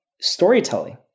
storytelling